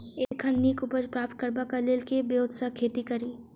एखन नीक उपज प्राप्त करबाक लेल केँ ब्योंत सऽ खेती कड़ी?